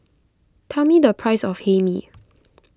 tell me the price of Hae Mee